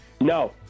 No